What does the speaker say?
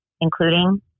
including